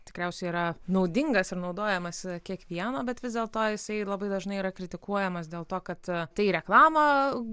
tikriausiai yra naudingas ir naudojamas kiekvieno bet vis dėlto jisai labai dažnai yra kritikuojamas dėl to kad tai reklamą